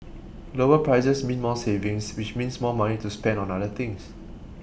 lower prices mean more savings which means more money to spend on other things